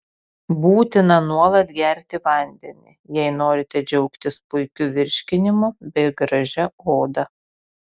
būtina nuolat gerti vandenį jei norite džiaugtis puikiu virškinimu bei gražia oda